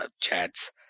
chats